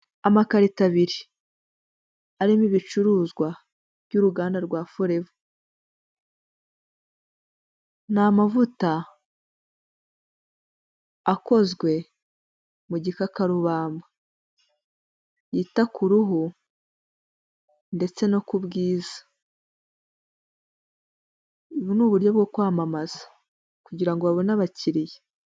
amakarito abiri arimo ibicuruzwa by'uruganda rwa Foreva amavuta akozwe mu gikakarubamba yita ku ruhu ndetse no ku bwiza ubu ni uburyo bwo kwamamaza kugira ngo babone abakiriya.